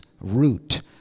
root